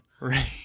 Right